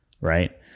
right